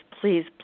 please